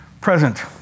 present